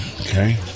Okay